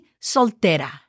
soltera